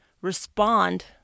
respond